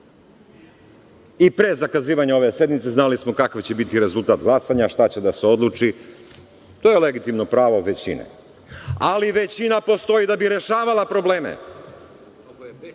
I pre zakazivanja ove sednice, znali smo kakav će biti rezultat glasanja, šta će da se odluči, to je legitimno pravo većine. Ali većina postoji da bi rešavala probleme,